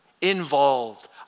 involved